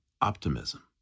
optimism